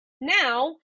now